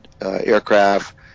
aircraft